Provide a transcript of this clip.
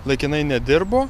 laikinai nedirbo